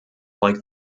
like